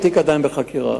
התיק עדיין בחקירה.